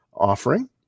offering